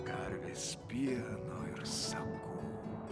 karvės pieno ir sakų